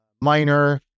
minor